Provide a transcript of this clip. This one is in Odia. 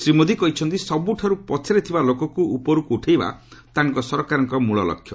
ଶ୍ରୀ ମୋଦି କହିଛନ୍ତି ସବୁଠାରୁ ପଛରେ ଥିବା ଲୋକକୁ ଉପରକୁ ଉଠାଇବା ତାଙ୍କ ସରକାରଙ୍କ ମୂଳ ଲକ୍ଷ୍ୟ